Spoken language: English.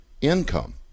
income